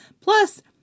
Plus